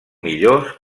millors